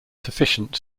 sufficient